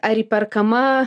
ar įperkama